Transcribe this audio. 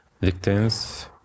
victims